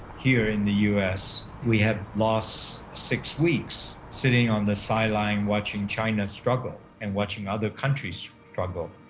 here in the u s. we had lost six weeks sitting on the sideline watching china struggle, and watching other countries struggle,